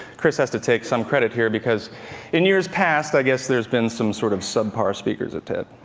chris has to take some credit here, because in years past, i guess there's been some sort of subpar speakers at ted.